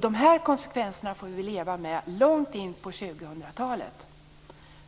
De konsekvenserna får vi leva med långt in på 2000-talet.